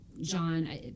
john